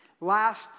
Last